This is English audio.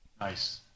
Nice